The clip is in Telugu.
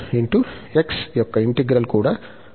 in X యొక్క ఇంటిగ్రల్ కూడా సులభం